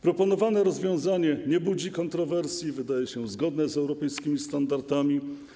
Proponowane rozwiązanie nie budzi kontrowersji, wydaje się zgodne z europejskimi standardami.